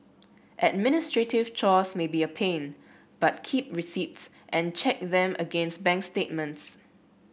administrative chores may be a pain but keep receipts and check them against bank statements